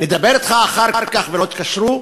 נדבר אתך אחר כך ולא התקשרו.